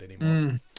anymore